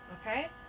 Okay